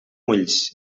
ulls